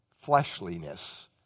fleshliness